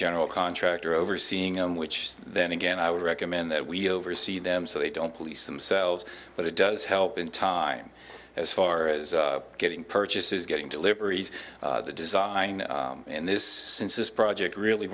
general contractor overseeing on which then again i would recommend that we oversee them so they don't police themselves but it does help in time as far as getting purchases getting deliveries design in this since this project really